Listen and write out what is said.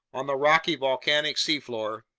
on the rocky, volcanic seafloor,